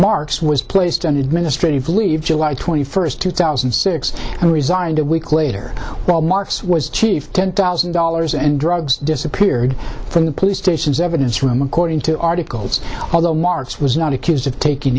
marx was placed on administrative leave july twenty first two thousand and six and resigned a week later while marcus was chief ten thousand dollars and drugs disappeared from the police stations evidence room according to articles although marte's was not accused of taking